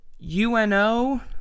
UNO